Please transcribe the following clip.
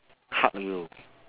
hug you